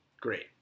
great